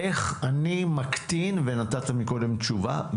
איך אני מקטין ונתת קודם תשובה,